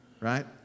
Right